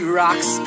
rocks